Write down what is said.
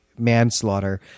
manslaughter